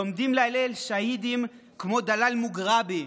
לומדים להלל שהידים כמו דלאל מוגרבי,